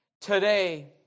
Today